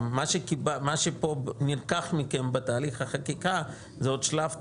מה שנלקח מכם פה בתהליך החקיקה זה עוד שלב טרומי.